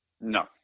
No